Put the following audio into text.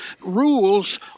Rules